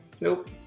Nope